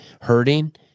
hurting